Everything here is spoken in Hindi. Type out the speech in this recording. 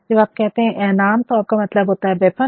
जब आप कहते है ऐन आर्म तो आपका मतलब है वेपन